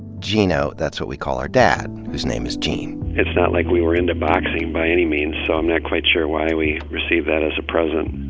geno that's what we call our dad, whose name is gene. it's not like we were into boxing by any means, so i'm not quite sure why we received that as a present.